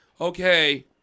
okay